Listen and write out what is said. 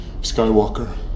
Skywalker